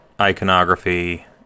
iconography